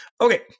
Okay